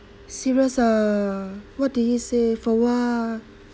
serious ah what did he say for what